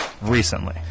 recently